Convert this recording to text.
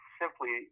simply